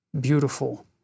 beautiful